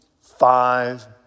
five